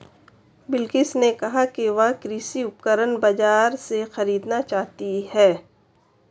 बिलकिश ने कहा कि वह कृषि उपकरण बाजार से खरीदना चाहती है